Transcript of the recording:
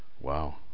Wow